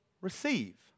receive